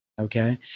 Okay